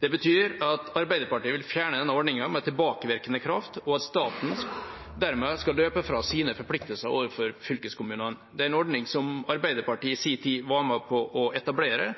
Det betyr at Arbeiderpartiet vil fjerne denne ordningen med tilbakevirkende kraft, og at staten dermed skal løpe fra sine forpliktelser overfor fylkeskommunene. Det er en ordning som Arbeiderpartiet i sin tid var med på å etablere,